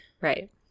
Right